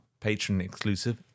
patron-exclusive